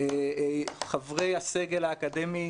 חברי הסגל האקדמי,